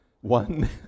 One